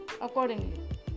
accordingly